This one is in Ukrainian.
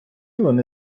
вони